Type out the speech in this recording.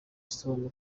stone